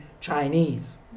Chinese